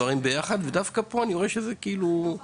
אבל דווקא פה אני רואה שזה שונה.